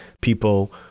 people